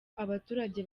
abaturage